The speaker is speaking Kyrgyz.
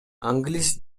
англис